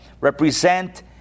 represent